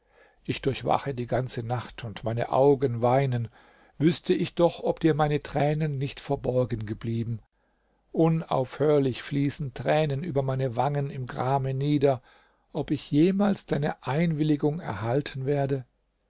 ich durchwache die ganze nacht und meine augen weinen wüßte ich doch ob dir meine tränen nicht verborgen geblieben unaufhörlich fließen tränen über meine wangen im grame nieder ob ich jemals deine einwilligung erhalten werde